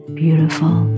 beautiful